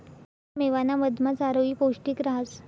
सुखा मेवाना मधमा चारोयी पौष्टिक रहास